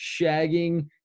shagging